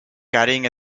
carrying